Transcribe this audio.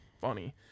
funny